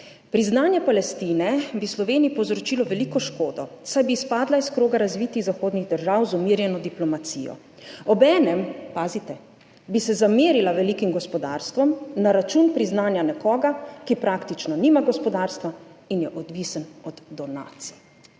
»Priznanje Palestine bi Sloveniji povzročilo veliko škodo, saj bi izpadla iz kroga razvitih zahodnih držav z umirjeno diplomacijo. Obenem …« pazite, »… bi se zamerila velikim gospodarstvom na račun priznanja nekoga, ki praktično nima gospodarstva in je odvisen od donacij.«